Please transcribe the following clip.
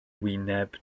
wyneb